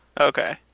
Okay